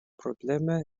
problema